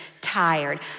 tired